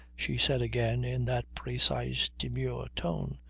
she said again in that precise demure tone,